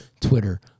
Twitter